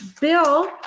Bill